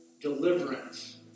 deliverance